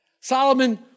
Solomon